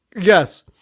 Yes